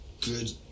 good